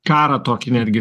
karą tokį netgi